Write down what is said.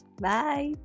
Bye